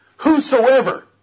Whosoever